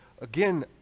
again